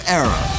era